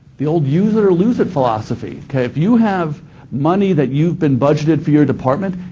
the old use it or lose it philosophy. okay, if you have money that you've been budgeted for your department,